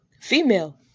female